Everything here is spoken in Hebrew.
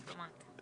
בבקשה.